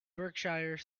berkshire